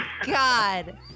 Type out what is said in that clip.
God